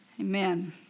amen